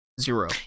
zero